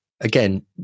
again